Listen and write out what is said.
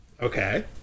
Okay